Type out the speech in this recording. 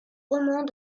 romans